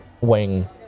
wing